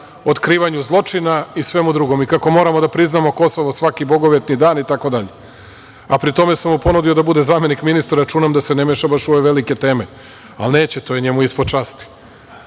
otkrivanju zločina i svemu drugom i kako moramo da priznamo Kosovo svaki bogovetni dan itd? Pri tome, ponudio sam mu da bude zamenik ministra, jer računam da se ne meša baš u ove velike teme, ali neće. To je njemu ispod časti.